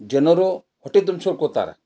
ಜನರೂ ಹೊಟ್ಟೆ ತುಂಬ್ಸ್ಕೊಂಡ್ ಕೂತಾರ